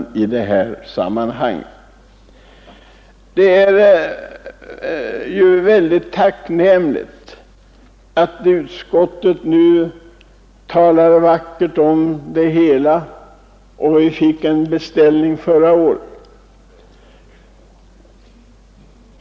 14 april 1972 Det är ju väldigt tacknämligt att utskottet nu talar vackert om det hela och att vi fick en beställning av en tjänst förra året.